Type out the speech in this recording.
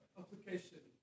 application